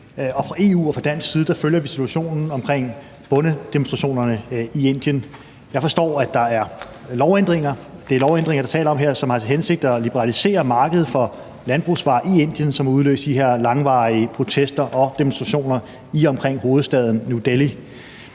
Fra EU's og fra dansk side følger vi situationen omkring bondedemonstrationerne i Indien. Jeg forstår, at det er lovændringer, der er tale om her, som har til hensigt at liberalisere markedet for landbrugsvarer i Indien, som har udløst de her langvarige protester og demonstrationer i og omkring hovedstaden New Delhi.